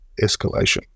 escalation